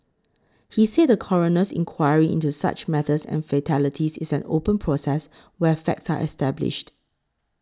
he said a coroner's inquiry into such matters and fatalities is an open process where facts are established